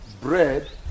bread